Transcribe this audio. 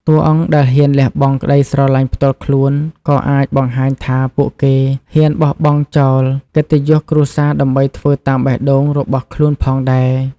តួអង្គដែលហ៊ានលះបង់ក្តីស្រឡាញ់ផ្ទាល់ខ្លួន ក៏អាចបង្ហាញថាពួកគេហ៊ានបោះបង់ចោលកិត្តិយសគ្រួសារដើម្បីធ្វើតាមបេះដូងរបស់ខ្លួនផងដែរ។